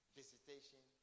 visitation